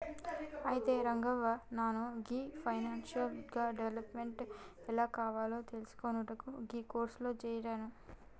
అయితే రంగవ్వ నాను గీ ఫైనాన్షియల్ గా డెవలప్ ఎలా కావాలో తెలిసికొనుటకు గీ కోర్సులో జేరాను